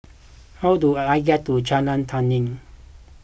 how do I I get to Jalan Tani